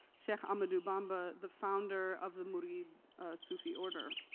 sheikh amadu bamba, the founder of the murid sufi order.